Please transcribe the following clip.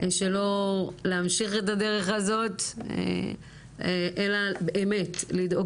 שלא להמשיך את הדרך הזאת אלא באמת לדאוג